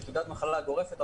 של תעודת מחלה גורפת,